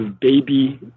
baby